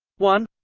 one